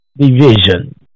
division